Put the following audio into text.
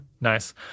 Nice